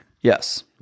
Yes